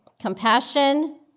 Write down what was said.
compassion